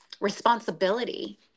responsibility